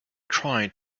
tried